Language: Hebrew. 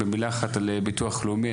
במילה אחת על ביטוח לאומי,